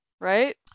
right